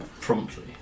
promptly